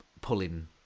pulling